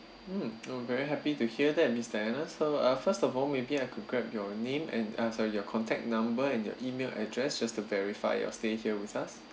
mm I'm very happy to hear that miss diana so uh first of all maybe I could grab your name and also your contact number and your email address just to verify your stay here with us